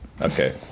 Okay